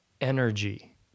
energy